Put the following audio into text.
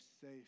safe